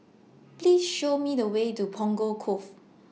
Please Show Me The Way to Punggol Cove